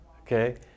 okay